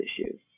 issues